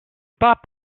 pas